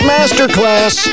Masterclass